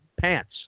pants